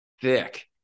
thick